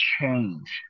change